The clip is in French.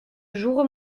jours